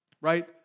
right